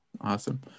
Awesome